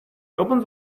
opened